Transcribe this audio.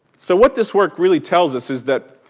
so what this work really tells us is that,